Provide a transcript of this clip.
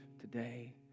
today